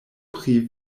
pri